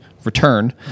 Return